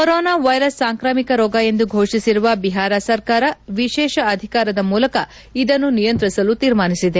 corona virus ಸಾಂಕ್ರಾಮಿಕ ರೋಗ ಎಂದು ಘೋಷಿಸಿರುವ ಬಿಹಾರ ಸರ್ಕಾರ ವಿಶೇಷ ಅಧಿಕಾರದ ಮೂಲಕ ಇದನ್ನು ನಿಯಂತ್ರಿಸಲು ತೀರ್ಮಾನಿಸಿದೆ